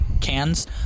cans